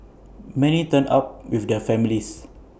many turned up with their families